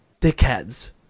dickheads